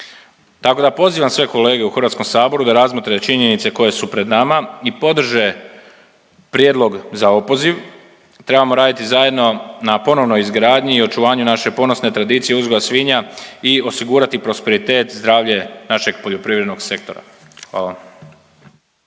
Tako da pozivam sve kolege u Hrvatskom saboru da razmotre činjenice koje su pred nama i podrže prijedlog za opoziv. Trebamo raditi zajedno na ponovnoj izgradnji i očuvanju naše ponosne tradicije uzgoja svinja i osigurati prosperitet, zdravlje našeg poljoprivrednog sektora. Hvala.